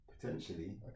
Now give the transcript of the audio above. Potentially